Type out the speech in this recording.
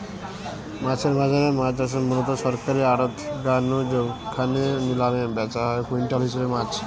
মাছের বাজারে মাছ আসে মুলত সরকারী আড়ত গা নু জউখানে নিলামে ব্যাচা হয় কুইন্টাল হিসাবে মাছ